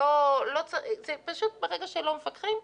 ברגע שלא מפקחים,